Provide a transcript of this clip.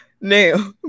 Now